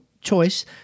choice